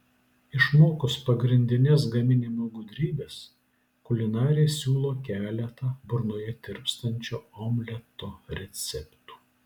išmokus pagrindines gaminimo gudrybes kulinarė siūlo keletą burnoje tirpstančio omleto receptų